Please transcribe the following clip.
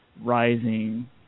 rising